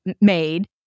made